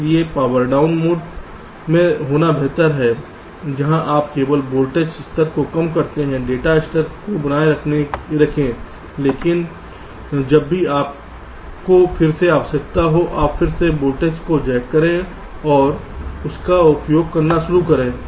इसलिए power down mode में होना बेहतर है जहां आप केवल वोल्टेज स्तर को कम करते हैं डेटा स्टोरेज को बनाए रखें लेकिन जब भी आपको फिर से आवश्यकता हो आप फिर से वोल्टेज का जैक करें और इसका उपयोग करना शुरू करें